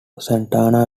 santana